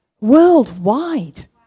worldwide